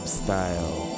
style